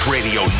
Radio